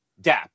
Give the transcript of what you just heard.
dap